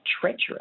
treacherous